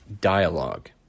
dialogue